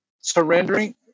surrendering